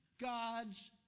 God's